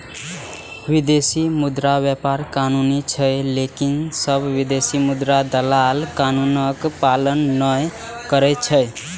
विदेशी मुद्रा व्यापार कानूनी छै, लेकिन सब विदेशी मुद्रा दलाल कानूनक पालन नै करै छै